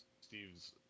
Steve's